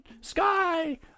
sky